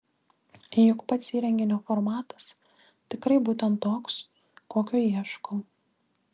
juk pats įrenginio formatas tikrai būtent toks kokio ieškau